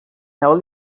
now